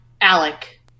Alec